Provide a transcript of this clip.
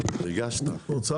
אתה,